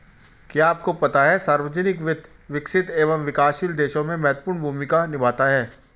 क्या आपको पता है सार्वजनिक वित्त, विकसित एवं विकासशील देशों में महत्वपूर्ण भूमिका निभाता है?